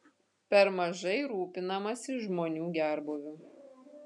per mažai rūpinamasi žmonių gerbūviu